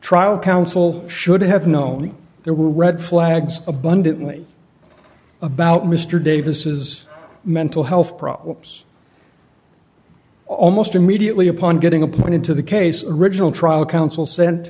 trial counsel should have known there were red flags abundantly about mr davis mental health problems almost immediately upon getting appointed to the case original trial counsel sent